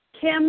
Kim